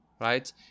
right